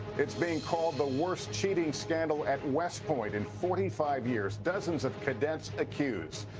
it's being called the worst cheating scandal at west poin in forty five years. dozens of cadets accused.